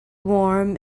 warm